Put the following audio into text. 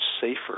safer